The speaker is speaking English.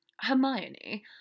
Hermione